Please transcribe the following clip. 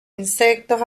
insectos